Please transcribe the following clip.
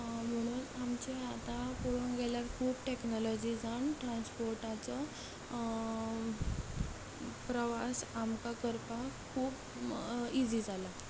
म्हणून आमचें आतां पोळोंक गेल्यार खूब टॅक्नोलॉजी जावन ट्रांसपोटाचो प्रवास आमकां करपाक खूब इजी जाला